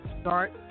start